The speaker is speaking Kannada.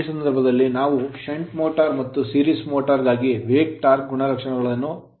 ಈ ಸಂದರ್ಭದಲ್ಲಿ ನಾವು shunt motor ಷಂಟ್ ಮೋಟರ್ ಮತ್ತು series motor ಸರಣಿ ಮೋಟರ್ ಗಾಗಿ ವೇಗ ಟಾರ್ಕ್ ಗುಣಲಕ್ಷಣಗಳನ್ನು ಕಂಡುಕೊಳ್ಳುತ್ತೇವೆ